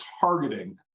targeting